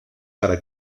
para